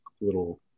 little